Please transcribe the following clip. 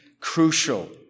crucial